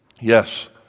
Yes